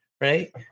Right